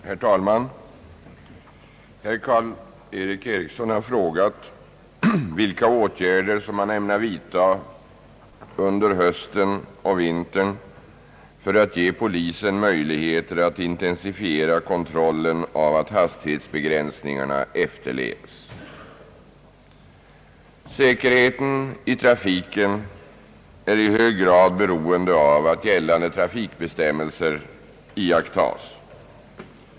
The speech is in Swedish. Herr talman! Herr Karl-Erik Eriksson har frågat inrikesministern vilka åtgärder han ämnar vidta under hösten och instundande vinter för att ge polisen möjligheter att intensifiera kontrollen av att hastighetsbegränsningarna efterlevs. Eftersom ärenden rörande polisväsendet handläggs i justitiedepartementet, har = interpellationen överlämnats till mig för besvarande. Säkerheten i trafiken är i hög grad beroende av att gällande trafikbestäm melser iakttas.